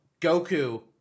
Goku